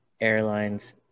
airlines